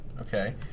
Okay